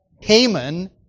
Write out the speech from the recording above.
Haman